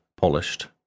polished